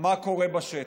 מה קורה בשטח.